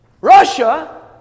Russia